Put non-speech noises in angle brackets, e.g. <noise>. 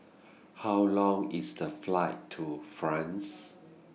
<noise> How Long IS The Flight to France